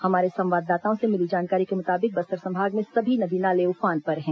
हमारे संवाददाताओं से मिली जानकारी के मुताबिक बस्तर संभाग में सभी नदी नाले उफान पर हैं